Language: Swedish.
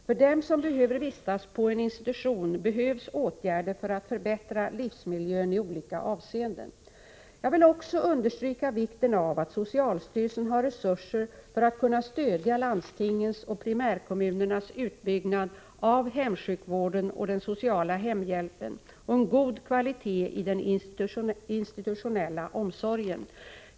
För dem som behöver vistas på en institution behövs åtgärder för att förbättra livsmiljön i olika avseenden. Jag vill också understryka vikten av att socialstyrelsen har resurser för att kunna stödja landstingens och primärkommunernas utbyggnad av hemsjukvården och den sociala hemhjälpen och en god kvalitet i den institutionella omsorgen.